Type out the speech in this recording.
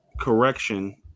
correction